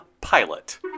Pilot